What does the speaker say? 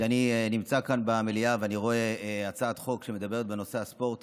כשאני נמצא כאן במליאה ואני רואה הצעת חוק שמדברת על נושא הספורט